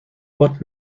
what